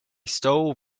stole